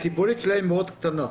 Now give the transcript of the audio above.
הקיבולת שלהם היא מאוד קטנה.